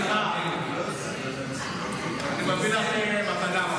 סליחה, אני מביא לך מתנה מחר.